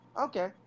Okay